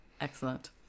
Excellent